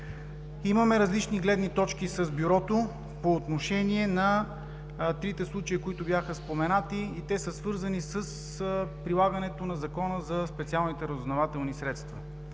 Имаме различни гледни точки с Бюрото по отношение на трите случая, които бяха споменати и те са свързани с прилагането на Закона за специалните разузнавателни средства.